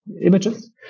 images